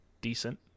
decent